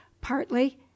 partly